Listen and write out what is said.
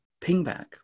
pingback